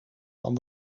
van